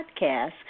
podcast